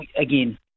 again